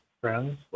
friends